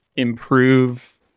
improve